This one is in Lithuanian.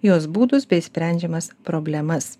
jos būdus bei sprendžiamas problemas